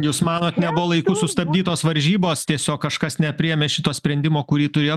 jūs manot nebuvo laiku sustabdytos varžybos tiesiog kažkas nepriėmė šito sprendimo kurį turėjo